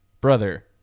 brother